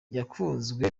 yakunzwe